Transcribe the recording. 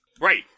right